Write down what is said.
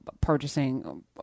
purchasing